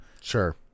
Sure